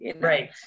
right